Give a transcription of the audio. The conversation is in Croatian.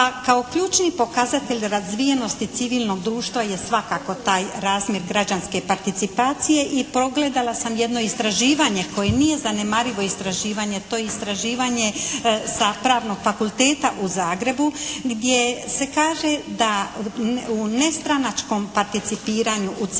kao ključni pokazatelj razvijenosti civilnog društva je svakako taj razmjer građanske participacije i pogledala sam jedno istraživanje koje nije zanemarivo istraživanje. To je istraživanje sa Pravnog fakulteta u Zagrebu, gdje se kaže da u nestranačkom participiranju u civilnom